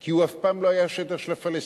כי הוא אף פעם לא היה שטח של הפלסטינים,